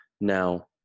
Now